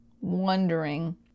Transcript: Wondering